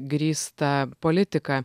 grįstą politiką